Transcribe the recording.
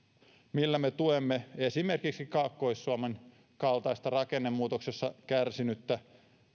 millä me tuemme esimerkiksi kaakkois suomen kaltaista rakennemuutoksesta kärsinyttä